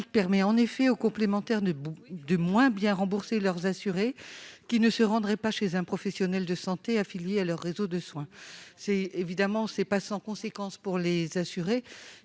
permet aux complémentaires de moins bien rembourser leurs assurés qui ne se rendraient pas chez un professionnel de santé affilié à leur réseau de soins. Ce n'est pas sans conséquence pour les assurés,